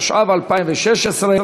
התשע"ו 2016,